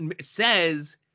says